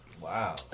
Wow